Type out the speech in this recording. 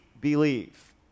believe